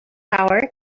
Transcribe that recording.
hour